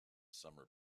summer